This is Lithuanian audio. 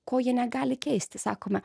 ko jie negali keisti sakome